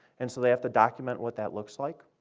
and so they have to document what that looks like.